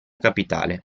capitale